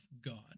God